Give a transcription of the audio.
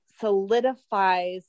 solidifies